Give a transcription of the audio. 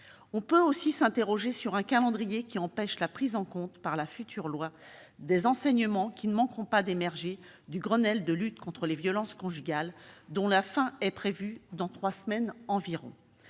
On peut aussi s'interroger sur un calendrier qui empêche la prise en compte, par la future loi, des enseignements qui ne manqueront pas d'émerger du Grenelle des violences conjugales, dont la fin est prévue dans trois semaines environ.